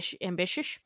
ambitious